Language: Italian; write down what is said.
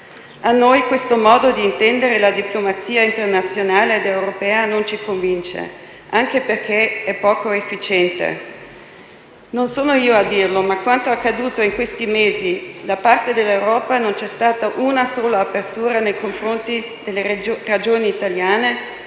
A noi questo modo di intendere la diplomazia internazionale ed europea non convince, anche perché è poco efficiente, e non sono io a dirlo. Dinanzi a quanto accaduto in questi mesi, da parte dell'Europa non c'è stata una sola apertura nei confronti delle ragioni italiane,